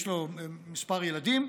יש לו כמה ילדים,